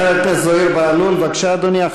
חבר הכנסת זוהיר בהלול, בבקשה, אדוני.